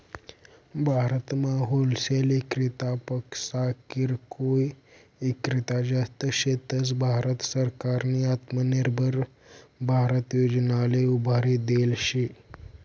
भारतमा होलसेल इक्रेतापक्सा किरकोय ईक्रेता जास्त शेतस, भारत सरकारनी आत्मनिर्भर भारत योजनाले उभारी देल शे